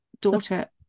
daughter